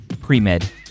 Pre-Med